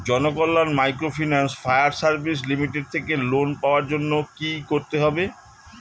Janakalyan microfinance fire service limited থেকে loan পাওয়ার জন্য কি করতে হবে?